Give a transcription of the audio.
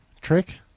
trick